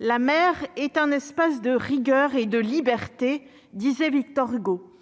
la mer est un espace de rigueur et de liberté, disait Victor Hugo,